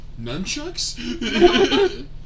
Nunchucks